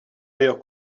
ailleurs